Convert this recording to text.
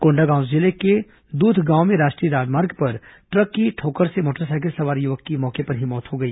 कोंडागांव जिले के दूधगांव में राष्ट्रीय राजमार्ग पर ट्रक की ठोकर से मोटरसाइकिल सवार की मौके पर ही मौत हो गई